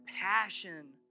passion